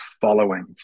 following